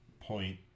point